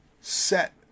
set